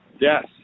Yes